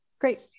Great